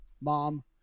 mom